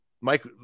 Mike